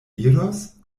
iros